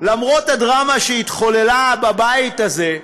למרות הדרמה שהתחוללה בבית הזה,